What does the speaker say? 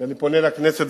ואני פונה לכנסת,